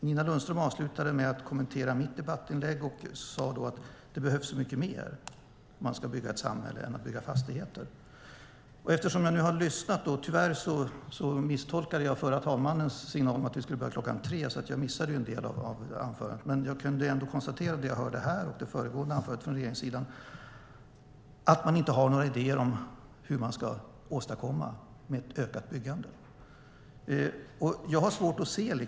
Nina Lundström avslutade med att kommentera mitt debattinlägg och sade att det behövs så mycket mer om man ska bygga ett samhälle än att bara bygga fastigheter. Tyvärr misstolkade jag den tidigare talmannens signal om att vi skulle börja klockan tre, så jag missade en del anföranden, men av Nina Lundströms anförande och det förra anförandet från regeringssidan kunde jag ändå konstatera att man inte har några idéer om hur man ska åstadkomma ett ökat byggande.